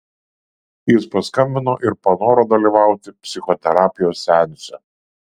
jis paskambino ir panoro dalyvauti psichoterapijos seanse